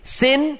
sin